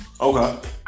Okay